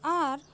ᱟᱨ